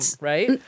right